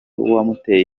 wamuteye